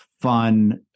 Fun